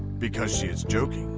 because she is joking,